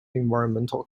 environmental